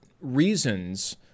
reasons